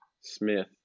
smith